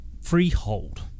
freehold